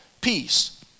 peace